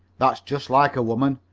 that's just like a woman,